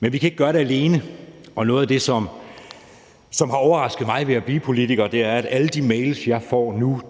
Men vi kan ikke gøre det alene. Og noget af det, som har overrasket mig ved at blive politiker, er, at alle de mails, jeg får nu,